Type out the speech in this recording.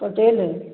अकेले